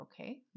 okay